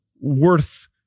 worth